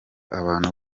abantu